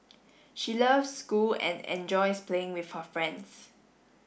she loves school and enjoys playing with her friends